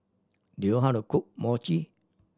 do you how to cook Mochi